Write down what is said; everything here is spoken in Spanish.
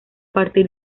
partir